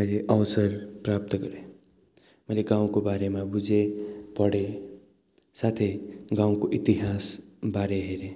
मैले अवसर प्राप्त गरेँ मैले गाउँको बारेमा बुझेँ पढेँ साथै गाउँको इतिहासबारे हेरेँ